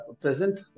present